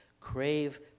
crave